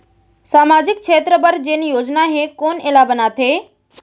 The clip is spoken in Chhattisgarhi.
सामाजिक क्षेत्र बर जेन योजना हे कोन एला बनाथे?